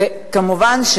וכמובן,